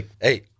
hey